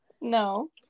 no